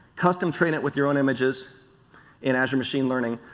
custom train it with your own images in azure machine learning,